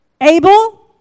Abel